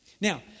Now